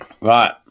Right